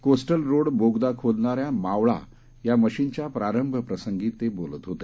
coastal road बोगदा खोदणाऱ्या मावळा यंत्राच्या प्रारंभप्रसंगी ते बोलत होते